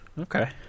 okay